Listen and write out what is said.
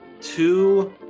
two